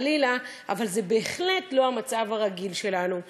חלילה, אבל זה בהחלט לא המצב הרגיל שלנו.